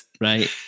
right